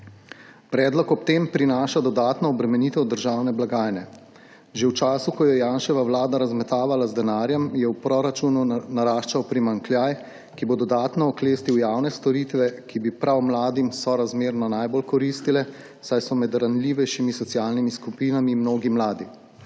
Predlog ob tem prinaša dodatno obremenitev državne blagajne. Že v času, ko je Janševa vlada razmetavala z denarjem, je v proračunu naraščal primanjkljaj, ki bo dodatno oklestil javne storitve, ki bi prav mladim sorazmerno najbolj koristile, saj so med ranljivejšimi socialnimi skupinami mnogi mladi.